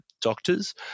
doctors